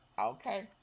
Okay